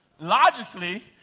Logically